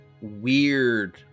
weird